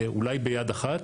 אולי ביד אחת,